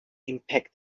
impact